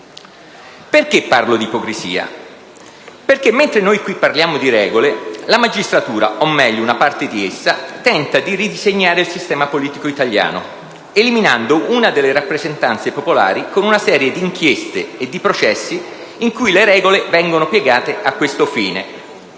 Perché parlo di ipocrisia? Perché, mentre noi qui parliamo di regole, la magistratura, o meglio una parte di essa, tenta di ridisegnare il sistema politico italiano, eliminando una delle rappresentanze popolari con una serie di inchieste e di processi in cui le regole vengono piegate a questo fine.